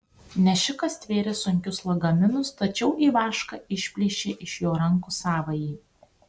nešikas stvėrė sunkius lagaminus tačiau ivaška išplėšė iš jo rankų savąjį